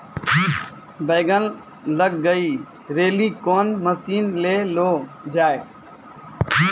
बैंगन लग गई रैली कौन मसीन ले लो जाए?